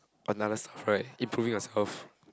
another self right improving yourself